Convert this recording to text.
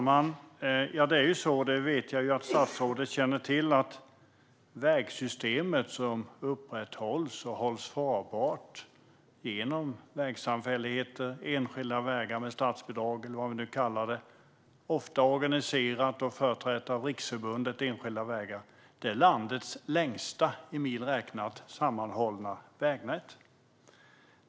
Fru talman! Det vägsystem som upprätthålls och hålls farbart genom vägsamfälligheter, enskilda vägar med statsbidrag eller vad vi nu kallar det, ofta organiserat och företrätt av Riksförbundet enskilda vägar, är landets längsta i mil räknat sammanhållna vägnät. Jag vet att statsrådet känner till det.